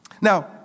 Now